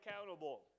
accountable